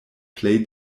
plej